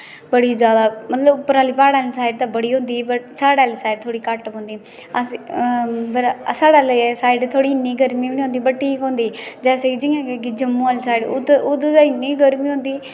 बड़ी ज्यादा मतलब उपर आहले प्हाडा आहली साइड ते बडी होंदी वर्फ साडे आहली साइड थोह्ड़ी घट्ट पोंदी अस ते साडे आहली साइड ते इन्नी गर्मी बी नेई होंदी जेसे कि जियां कि जम्मू आहली साइड उद्धर ते इन्नी गर्मी होंदी